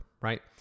right